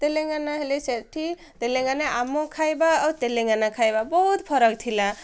ତେଲେଙ୍ଗାନା ହେଲେ ସେଠି ତେଲେଙ୍ଗାନା ଆମ ଖାଇବା ଆଉ ତେଲେଙ୍ଗାନା ଖାଇବା ବହୁତ ଫରକ୍ ଥିଲା